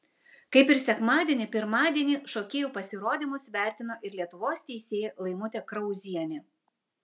kaip ir sekmadienį pirmadienį šokėjų pasirodymus vertino ir lietuvos teisėja laimutė krauzienė